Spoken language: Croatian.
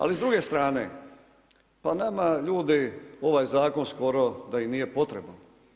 Ali s druge strane, pa nama ljudi, ovaj zakon skoro da i nije potreban.